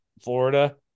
Florida